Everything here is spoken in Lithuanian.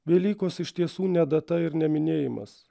velykos iš tiesų ne data ir ne minėjimas